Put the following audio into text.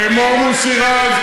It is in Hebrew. כמו מוסי רז,